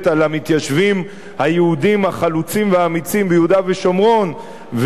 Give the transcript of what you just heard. על המתיישבים היהודים החלוצים והאמיצים ביהודה ושומרון,